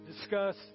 discuss